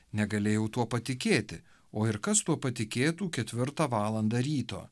negalėjau tuo patikėti o ir kas tuo patikėtų ketvirtą valandą ryto